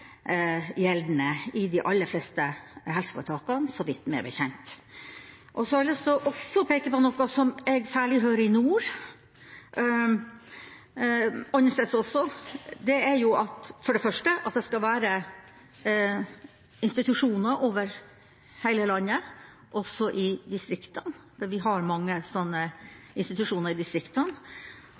gjeldende i de aller fleste helseforetakene meg bekjent. Så har jeg også lyst til å peke på noe som jeg særlig hører i nord, men også andre steder, og det er for det første at det skal være institusjoner over hele landet, også i distriktene, for vi har mange slike institusjoner i distriktene.